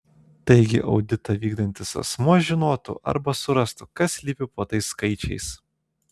taigi auditą vykdantis asmuo žinotų arba surastų kas slypi po tais skaičiais